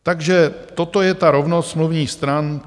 Takže toto je ta rovnost smluvních stran.